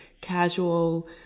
casual